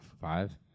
Five